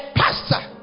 pastor